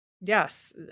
yes